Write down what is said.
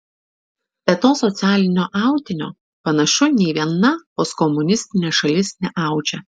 bet to socialinio audinio panašu nei viena postkomunistinė šalis neaudžia